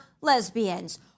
lesbians